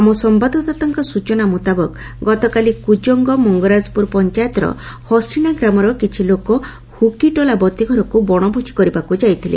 ଆମ ସମ୍ଭାଦଦାତାଙ୍କ ସ୍ଚନା ମୁତାବକ ଗତକାଲି କୁଜଙ୍ଙ ମଙ୍ଗରାଜପୁର ପଞାୟତର ହସିଣା ଗ୍ରାମର କିଛି ଲୋକ ହୁକିଟୋଲା ବତୀଘରକୁ ବଣଭୋକି କରିବାକୁ ଯାଇଥିଲେ